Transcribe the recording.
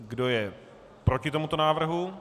Kdo je proti tomuto návrhu?